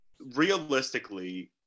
realistically